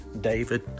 david